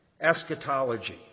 eschatology